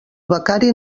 becari